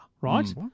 right